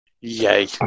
Yay